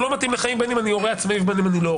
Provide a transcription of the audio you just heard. לא מתאים לחיים בין אני הורה עצמאי או לא,